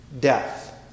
death